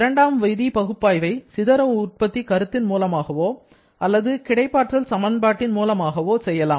இரண்டாம் விதி பகுப்பாய்வை சிதற உற்பத்தி கருத்தின் மூலமாகவோ அல்லது கிடைப்பாற்றல் சமன்பாட்டின் மூலமாகவோ செய்யலாம்